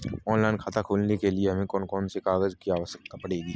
Online खाता खोलने के लिए हमें कौन कौन से कागजात की आवश्यकता पड़ेगी?